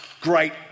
great